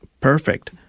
Perfect